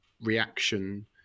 reaction